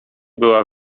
była